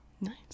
Nice